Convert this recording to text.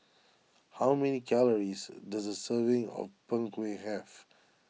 how many calories does a serving of Png Kueh have